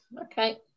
Okay